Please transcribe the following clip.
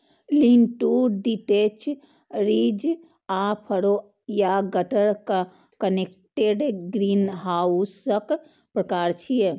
lean to detached, ridge आ furrow या gutter connected ग्रीनहाउसक प्रकार छियै